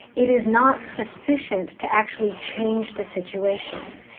it is not sufficient to actually change the situation.